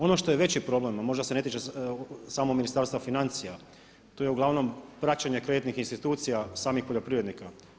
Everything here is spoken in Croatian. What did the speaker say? Ono što je veći problem, a možda se ne tiče samo Ministarstva financija, to je uglavnom praćenje kreditnih institucija samih poljoprivrednika.